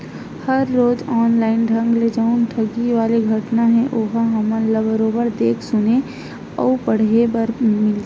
हर रोज ऑनलाइन ढंग ले जउन ठगी वाले घटना हे ओहा हमन ल बरोबर देख सुने अउ पड़हे बर मिलत हे